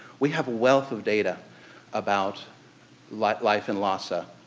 we have a wealth of data about like life in lhasa,